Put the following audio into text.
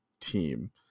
team